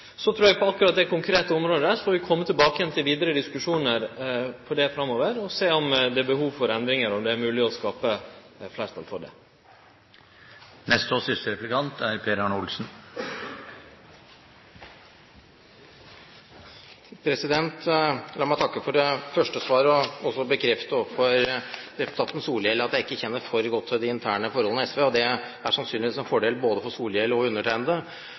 Så eg trur at akkurat når det gjeld det konkrete området, får vi kome tilbake til i vidare diskusjonar framover og sjå om det er behov for endringar, og om det er mogleg å skape fleirtal for det. La meg takke for det første svaret og bekrefte overfor representanten Solhjell at jeg ikke kjenner for godt til de interne forholdene i SV. Det er sannsynligvis en fordel for både Solhjell og undertegnede.